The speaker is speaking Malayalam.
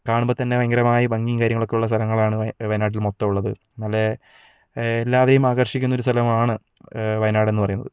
കാണുമ്പോൾത്തന്നെ ഭയങ്കരമായ ഭംഗിയും കാര്യങ്ങളൊക്കെ ഉള്ള സ്ഥലങ്ങളാണ് വയനാട്ടിൽ മൊത്തം ഉള്ളത് നല്ല എല്ലാവരെയും ആകർഷിക്കുന്നൊരു സ്ഥലമാണ് വയനാടെന്നു പറയുന്നത്